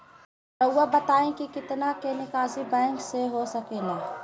रहुआ बताइं कि कितना के निकासी बैंक से हो सके ला?